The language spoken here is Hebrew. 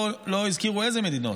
לא הזכירו איזה מדינות,